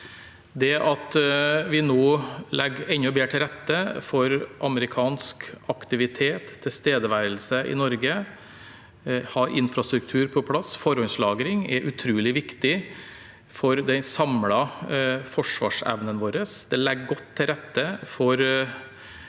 Det at vi nå legger enda bedre til rette for amerikansk aktivitet og tilstedeværelse i Norge – har infrastruktur på plass, forhåndslagring – er utrolig viktig for den samlede forsvarsevnen vår. Som jeg sa i innlegget